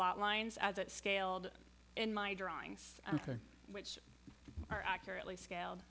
lot lines are scaled in my drawings which are accurately scaled